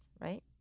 right